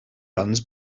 runs